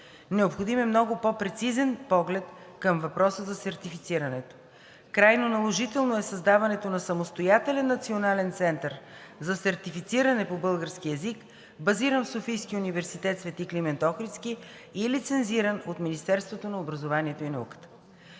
Необходим е много по-прецизен поглед към въпроса за сертифицирането. Крайно наложително е създаването на самостоятелен Национален център за сертифициране по български език, базиран в СУ „Св. Климент Охридски“ и лицензиран от Министерството на образованието и науката.